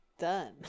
done